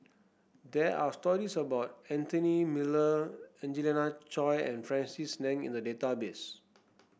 there are stories about Anthony Miller Angelina Choy and Francis Ng in the database